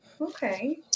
Okay